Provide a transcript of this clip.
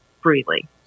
freely